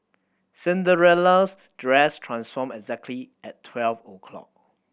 Cinderella's dress transformed exactly at twelve o' clock